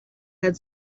had